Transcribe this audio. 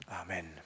amen